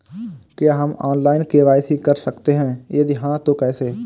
क्या हम online KYC कर सकते हैं यदि हाँ तो कैसे?